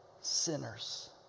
sinners